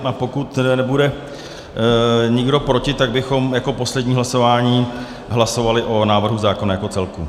A pokud nebude nikdo proti, tak bychom jako poslední hlasování hlasovali o návrhu zákona jako celku.